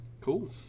Cool